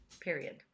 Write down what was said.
period